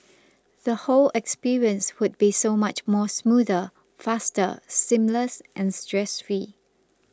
the whole experience would be so much more smoother faster seamless and stress free